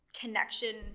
Connection